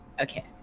Okay